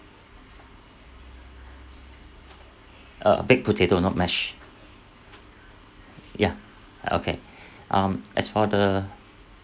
uh baked potato not mash ya okay um as for the